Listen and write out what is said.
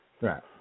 Right